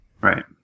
Right